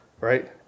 right